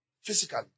physically